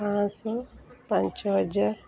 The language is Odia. ପାଞ୍ଚ ଶହ ପାଞ୍ଚ ହଜାର